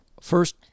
first